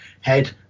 head